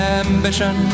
ambition